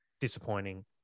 disappointing